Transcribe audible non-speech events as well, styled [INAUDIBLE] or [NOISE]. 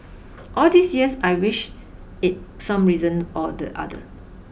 all these years I wish [NOISE] it some reason or the other